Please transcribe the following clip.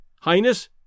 Highness